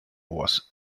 was